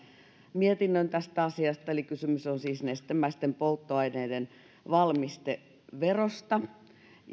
mietinnön tästä asiasta eli kysymys on siis nestemäisten polttoaineiden valmisteverosta